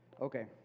Okay